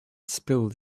spilled